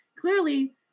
Clearly